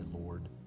Lord